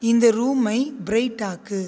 இந்த ரூமை பிரைட் ஆக்கு